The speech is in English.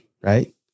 right